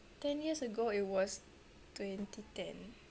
ten years ago it was twenty ten